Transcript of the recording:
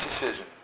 decision